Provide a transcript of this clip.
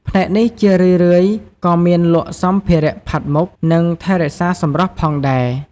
ផ្នែកនេះជារឿយៗក៏មានលក់សម្ភារៈផាត់មុខ និងថែរក្សាសម្រស់ផងដែរ។